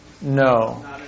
No